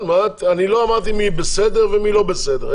אני לא אמרתי מי בסדר ומי לא בסדר.